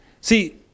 See